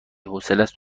حوصلست